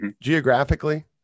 Geographically